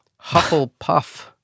Hufflepuff